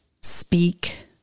speak